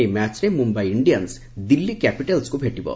ଏହି ମ୍ୟାଚ୍ରେ ମୁମ୍ୟାଇ ଇଣ୍ଡିଆନ୍ସ ଦିଲ୍ଲୀ କ୍ୟାପିଟାଲ୍ସକୁ ଭେଟିବ